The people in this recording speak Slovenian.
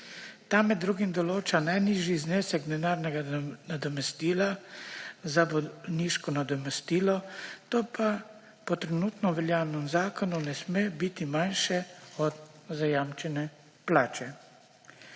Ta med drugim določa najnižji znesek denarnega nadomestila za bolniško nadomestilo, to pa po trenutno veljavnem zakonu ne sme biti manjše od zajamčene plače.